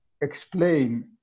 explain